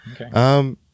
Okay